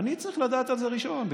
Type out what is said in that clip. אני צריך לדעת את זה ראשון,